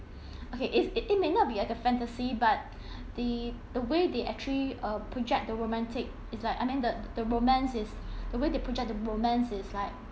okay is it it may not be like a fantasy but the the way they actually uh project the romantic it's like I mean the romance is the way they project the romance it's like